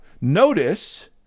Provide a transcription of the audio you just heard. notice